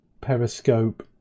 Periscope